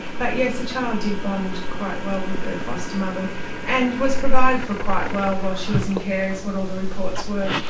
but yes, the child did bond quite well with her foster mother and was provided for quite well while she was in care, is what all the reports were.